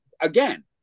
again